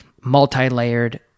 multi-layered